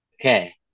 Okay